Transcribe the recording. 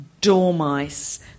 Dormice